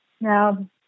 Now